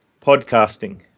Podcasting